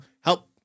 help